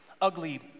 Ugly